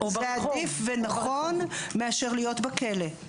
זה עדיף ונכון מאשר להיות בכלא.